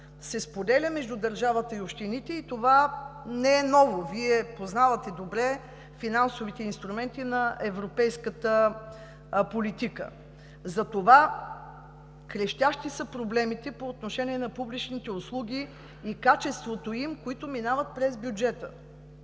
се споделя между държавата и общините и това не е ново. Вие познавате добре финансовите инструменти на европейската политика. Крещящи са проблемите по отношение на публичните услуги и качеството им, които минават през бюджета,